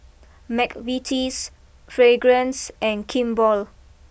McVitie's Fragrance and Kimball